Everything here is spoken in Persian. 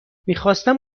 میخواستم